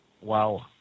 Wow